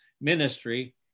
ministry